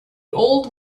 old